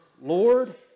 Lord